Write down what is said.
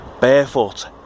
barefoot